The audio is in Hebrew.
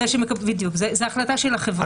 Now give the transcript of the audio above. בדיוק, זו החלטה של החברה.